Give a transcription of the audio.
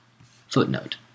Footnote